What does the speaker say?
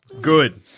good